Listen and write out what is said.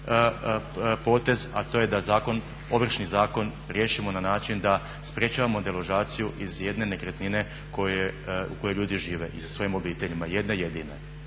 potez, a to je da Ovršni zakon riješimo na način da sprečavamo deložaciju iz jedine nekretnine u kojoj ljudi žive i sa svojim obiteljima, jedne jedine.